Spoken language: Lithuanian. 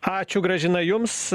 ačiū gražina jums